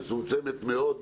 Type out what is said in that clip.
מאוד,